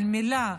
על מילה,